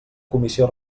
comissió